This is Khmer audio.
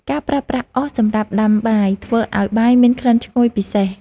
ការប្រើប្រាស់អុសសម្រាប់ដាំបាយ ធ្វើឱ្យបាយមានក្លិនឈ្ងុយពិសេស។